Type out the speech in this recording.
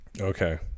Okay